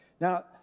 Now